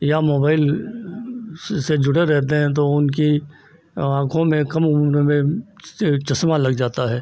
या मोबाइल से से जुड़े रहते हैं तो उनकी आँखों में कम उम्र में चश्मा लग जाता है